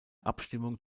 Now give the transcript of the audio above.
abstimmung